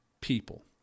people